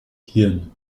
hirn